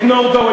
את נורדאו,